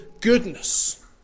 goodness